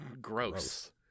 Gross